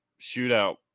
shootout